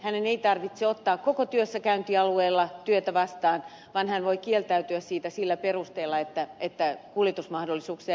hänen ei tarvitse ottaa koko työssäkäyntialueella työtä vastaan vaan hän voi kieltäytyä siitä sillä perusteella että kuljetusmahdollisuuksia ei ole